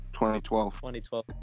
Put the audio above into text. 2012